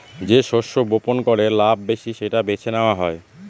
যে শস্য বপন করে লাভ বেশি সেটা বেছে নেওয়া হয়